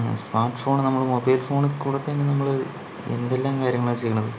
smart phone നമ്മള് mobile ഫോണിൽ കൂടെ തന്നെ നമ്മള് എന്തെല്ലാം കാര്യങ്ങളാ ചെയ്യണത്